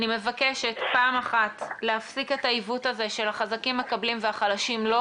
אני מבקשת להפסיק את העיוות הזה של החזקים מקבלים והחלשים לא.